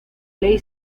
ley